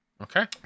Okay